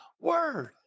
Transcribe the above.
word